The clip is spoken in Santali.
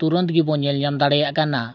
ᱛᱩᱨᱚᱱᱛ ᱜᱮᱵᱚᱱ ᱧᱮᱞ ᱧᱟᱢ ᱫᱟᱲᱮᱭᱟᱜ ᱠᱟᱱᱟ